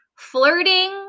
flirting